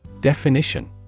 Definition